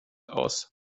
aus